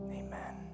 amen